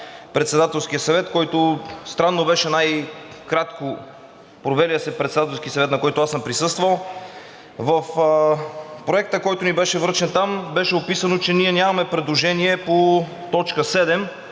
Председателския съвет, който, странно, беше най-кратко провелият се Председателски съвет, на който аз съм присъствал. В Проекта, който ни беше връчен там, беше описано, че ние нямаме предложение по т. 7.